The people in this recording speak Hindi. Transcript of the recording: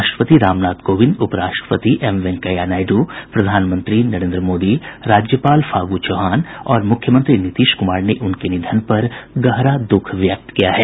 राष्ट्रपति रामनाथ कोविंद उपराष्ट्रपति एम वेंकैया नायडू प्रधानमंत्री नरेंद्र मोदी राज्यपाल फागू चौहान और मुख्यमंत्री नीतीश कुमार ने उनके निधन पर गहरा दूख व्यक्त किया है